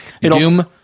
Doom